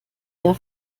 der